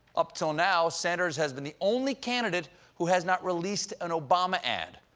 up until now, sanders has been the only candidate who has not released an obama ad.